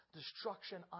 destruction